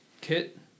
kit